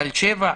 תל שבע,